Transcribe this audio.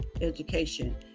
education